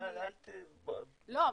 אל --- לא,